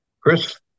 Chris